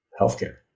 healthcare